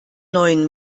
neuen